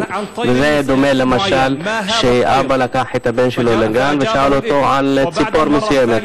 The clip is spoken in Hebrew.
וזה דומה למשל לכך שאבא לקח את הבן שלו לגן ושאל אותו על ציפור מסוימת,